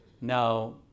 now